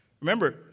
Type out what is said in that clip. Remember